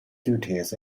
duties